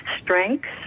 strengths